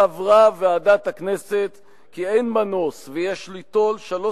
סברה ועדת הכנסת כי אין מנוס ויש ליטול שלוש